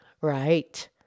Right